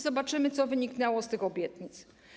Zobaczymy, co wyniknie z tych obietnic.